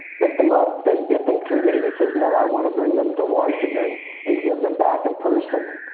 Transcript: pick them up and get them to me. he said, no, i want to bring them to washington and give them back in person.